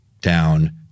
down